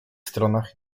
stronach